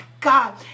God